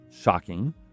Shocking